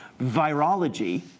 virology